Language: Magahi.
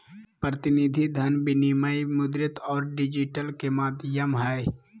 प्रतिनिधि धन विनिमय मुद्रित और डिजिटल के माध्यम हइ